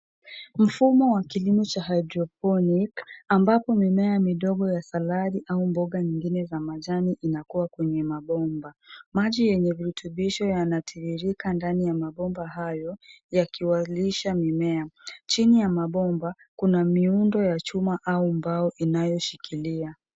Mfumo wa kilimo cha hydroponic ambapo mimea midogo ya salad au mboga nyingine za majani inakua kwenye mabomba. Maji yenye virutubisho yanatiririka kwenye mabomba hayo yakiwalisha mimea. Chini ya mabomba kuna miundo ya chuma au mbao inayoshikilia.